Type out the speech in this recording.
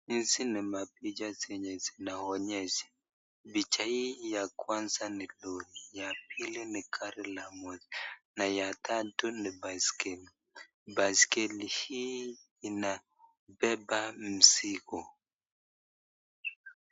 Hizi ni mapicha zenye zinaonyesha. Picha hii ya kwaza ni lori, ya pili ni gari la moshi na ya tatu ni baiskeli. Baiskeli hii inabeba mzigo.